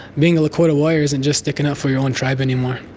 being a lakota warrior isn't just sticking up for your own tribe anymore.